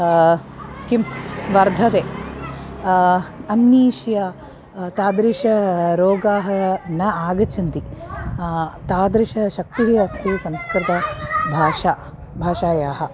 किं वर्धते अम्नीष्य तादृश रोगाः न आगच्छन्ति तादृशशक्तिः अस्ति संस्कृतभाषा भाषायाः